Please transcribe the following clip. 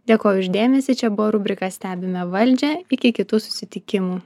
dėkoju už dėmesį čia buvo rubrika stebime valdžią iki kitų susitikimų